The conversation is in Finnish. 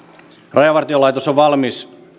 rajavartiolaitos on valmis